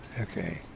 Okay